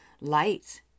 light